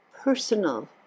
personal